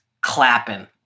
clapping